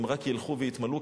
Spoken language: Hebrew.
הם רק ילכו ויתמלאו,